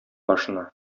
башына